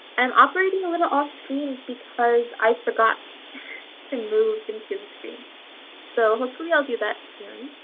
i'm operating a little off screen because i forgot to move into the screen so hopefully i'll do that soon.